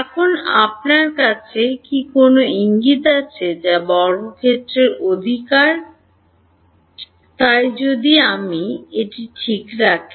এখন আপনার কাছে কি কোনও ইঙ্গিত আছে যা বর্গক্ষেত্রের অধিকার তাই যদি আমি এটি ঠিক রাখি